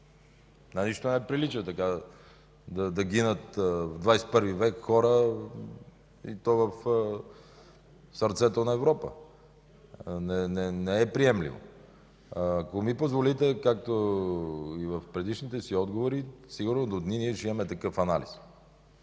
на нищо не прилича – така да гинат през ХХІ век хора в сърцето на Европа! Не е приемливо! Ако ми позволите, както и в предишните си отговори, сигурно до дни ние ще имаме такъв анализ.